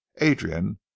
Adrian